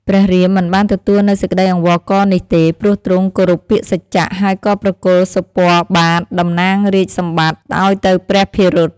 ព្រះរាម មិនបានទទួលនូវសេចក្តីអង្វរករនេះទេ ព្រោះទ្រង់គោរពពាក្យសច្ចៈ ហើយក៏ប្រគល់សុពណ៌បាទតំណាងរាជ្យសម្បត្តិ ឱ្យទៅព្រះភិរុត។